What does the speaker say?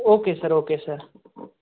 okay sir okay sir